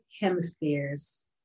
hemispheres